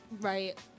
Right